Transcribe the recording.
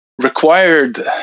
required